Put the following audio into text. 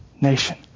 nation